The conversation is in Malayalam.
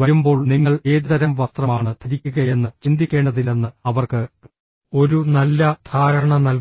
വരുമ്പോൾ നിങ്ങൾ ഏതുതരം വസ്ത്രമാണ് ധരിക്കുകയെന്ന് ചിന്തിക്കേണ്ടതില്ലെന്ന് അവർക്ക് ഒരു നല്ല ധാരണ നൽകും